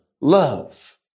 Love